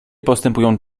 postępują